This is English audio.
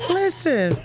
listen